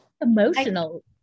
emotional